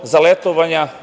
za letovanja